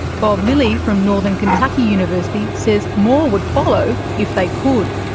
bob lilly from northern kentucky university says more would follow if they could.